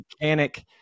mechanic